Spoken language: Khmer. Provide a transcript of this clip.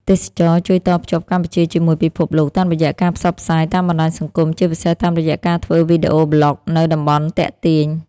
ទេសចរណ៍ជួយតភ្ជាប់កម្ពុជាជាមួយពិភពលោក តាមរយៈការផ្សព្វផ្សាយតាមបណ្តាញសង្គមជាពិសេសតាមរយះការធ្វើវីដេអូប្លុកនៅតំបន់ទាក់ទាញ។